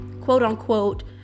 quote-unquote